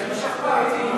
שיכין שכפ"ץ.